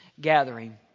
gathering